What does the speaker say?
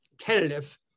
tentative